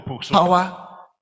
power